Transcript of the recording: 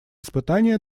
испытание